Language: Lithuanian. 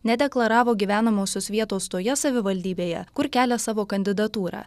nedeklaravo gyvenamosios vietos toje savivaldybėje kur kelia savo kandidatūrą